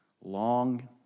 long